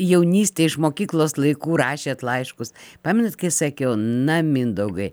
jaunystėj iš mokyklos laikų rašėt laiškus pamenat kai sakiau na mindaugai